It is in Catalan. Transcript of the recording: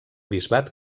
bisbat